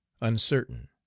uncertain